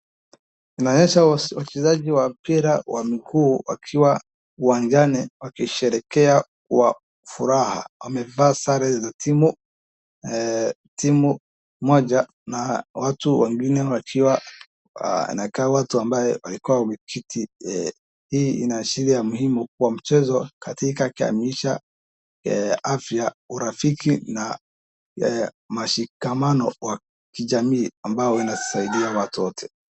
Inaonyesha wachezaji wa mpira wa miguu wakiwa uwanjani wakisherekea kwa furaha, wamevaa sare za timu moja na watu wengine wakiwa wanakaa watu ambaye walikuwa wameketi, hii inaashiria umuhimu wa mchezo katika kuimarisha afya, urafiki na mashikamano wa kijamii ambao inasaidia watu wote.